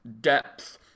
depth